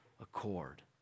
accord